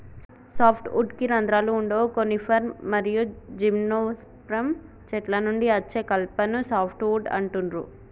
soft వుడ్కి రంధ్రాలు వుండవు కోనిఫర్ మరియు జిమ్నోస్పెర్మ్ చెట్ల నుండి అచ్చే కలపను సాఫ్ట్ వుడ్ అంటుండ్రు